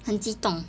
很激动